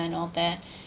and all that